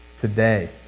today